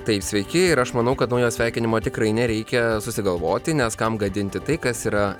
taip sveiki ir aš manau kad naujo sveikinimo tikrai nereikia susigalvoti nes kam gadinti tai kas yra